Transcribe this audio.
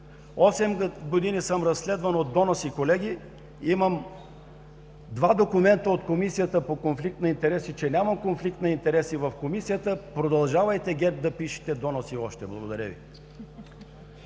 години съм разследван от доноси, колеги, имам два документа от Комисията по конфликт на интереси, че нямам конфликт на интереси в Комисията. Продължавайте, ГЕРБ, да пишете още доноси! Благодаря Ви.